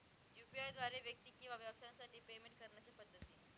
UPI द्वारे व्यक्ती किंवा व्यवसायांसाठी पेमेंट करण्याच्या पद्धती